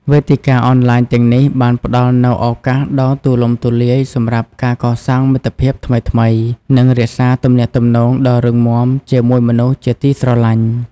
វេទិកាអនឡាញទាំងនេះបានផ្តល់នូវឱកាសដ៏ទូលំទូលាយសម្រាប់ការកសាងមិត្តភាពថ្មីៗ និងរក្សាទំនាក់ទំនងដ៏រឹងមាំជាមួយមនុស្សជាទីស្រឡាញ់។